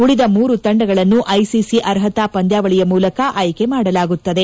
ಉಳಿದ ಮೂರು ತಂಡಗಳನ್ನು ಐಸಿಸಿ ಅರ್ಹತಾ ಪಂದ್ಯಾವಳಿಯ ಮೂಲಕ ಆಯ್ತೆ ಮಾಡಲಾಗುತ್ತದೆ